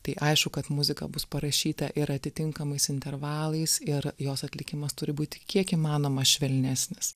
tai aišku kad muzika bus parašyta ir atitinkamais intervalais ir jos atlikimas turi būti kiek įmanoma švelnesnis